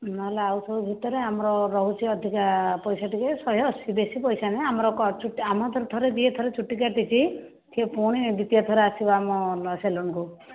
ନହେଲେ ଆଉ ସବୁ ଭିତରେ ଆମର ରହୁଛି ଅଧିକ ପଇସା ଟିକେ ଶହେ ଅଶି ବେଶି ପଇସା ନୁହେଁ ଆମର ଆମର ଆମ ଠାରୁ ଥରେ ଯିଏ ଚୁଟି କାଟିଛି ସେ ପୁଣି ଦ୍ୱିତୀୟ ଥର ଆସିବ ଆମ ସେଲୁନକୁ